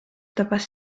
tabas